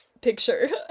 picture